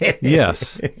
Yes